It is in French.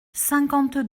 cinquante